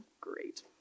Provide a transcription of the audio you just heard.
great